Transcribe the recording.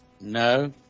No